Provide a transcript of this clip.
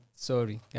Sorry